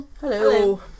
Hello